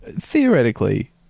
theoretically